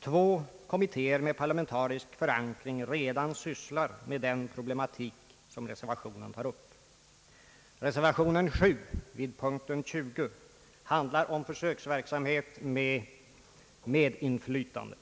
två kommittéer med parlamentarisk förankring redan sysslar med den problematik som reservationen tar upp. Reservationen 7 vid punkten 20 handlar om försöksverksamhet med medinflytande.